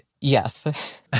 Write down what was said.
yes